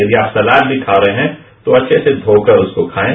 यदि आप सलाद भी खा रहे हैं तो अच्छे से धोकर उसको खाएं